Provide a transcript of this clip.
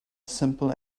simple